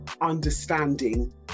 understanding